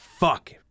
Fuck